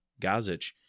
Gazic